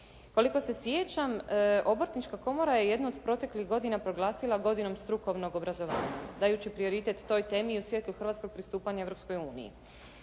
Koliko se sjećam Obrtnička komora je jednu od proteklih godina proglasila godinom strukovnog obrazovanja dajući prioritet toj temi i u svijetlu hrvatskog pristupanja Europskoj uniji.